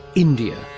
india,